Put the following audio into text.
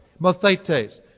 Mathetes